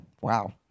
Wow